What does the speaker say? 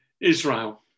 Israel